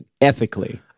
ethically